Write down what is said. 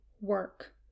work